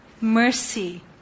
mercy